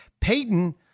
Peyton